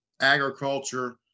agriculture